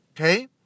Okay